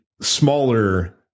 smaller